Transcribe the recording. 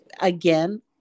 again